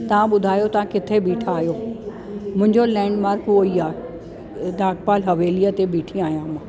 तव्हां ॿुधायो तव्हां किथे बिठा आहियो मुंहिंजो लैंडमार्क उहेई आहे नागपाल हवेलीअ ते बीठी आहियां मां